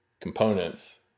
components